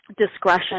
discretion